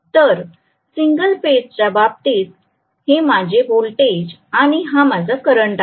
तर single phase च्या बाबतीत हे माझे वोल्टेज आणि हा माझा करंट आहे